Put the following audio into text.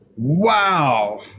Wow